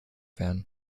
werden